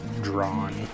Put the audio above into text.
drawn